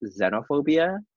xenophobia